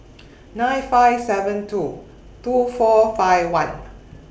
nine five seven two two four five one